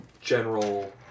general